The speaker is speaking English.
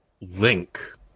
Link